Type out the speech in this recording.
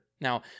Now